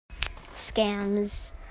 scams